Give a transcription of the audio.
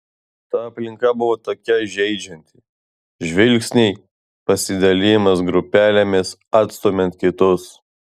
ta aplinka buvo tokia žeidžianti žvilgsniai pasidalijimas grupelėmis atstumiant kitus